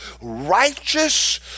righteous